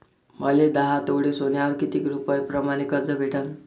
मले दहा तोळे सोन्यावर कितीक रुपया प्रमाण कर्ज भेटन?